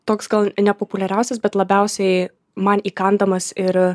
toks gal nepopuliariausias bet labiausiai man įkandamas ir